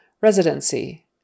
Residency